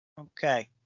okay